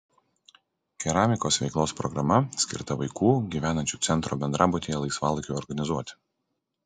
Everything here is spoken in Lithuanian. keramikos veiklos programa skirta vaikų gyvenančių centro bendrabutyje laisvalaikiui organizuoti